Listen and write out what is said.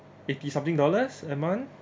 eighty something dollars a month